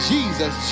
Jesus